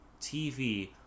TV